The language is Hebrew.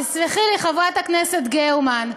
תסלחי לי, חברת הכנסת גרמן,